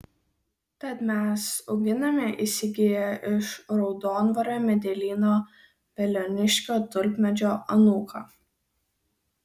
tad mes auginame įsigiję iš raudondvario medelyno veliuoniškio tulpmedžio anūką